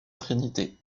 trinité